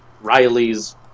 Riley's